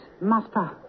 master